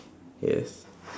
yes